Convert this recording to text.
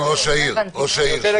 שהמטרה של